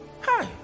hi